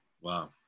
Wow